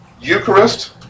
Eucharist